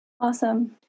Awesome